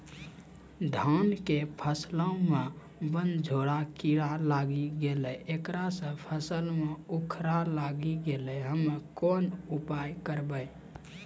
धान के फसलो मे बनझोरा कीड़ा लागी गैलै ऐकरा से फसल मे उखरा लागी गैलै हम्मे कोन उपाय करबै?